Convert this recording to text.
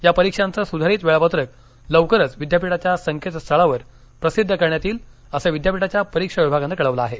या परीक्षांचं सुधारित वेळापत्रक लवकरच विद्यापीठाच्या संकेतस्थळावर प्रसिद्ध करण्यात येईल असं विद्यापीठाच्या परीक्षा विभागानं कळवलं आहे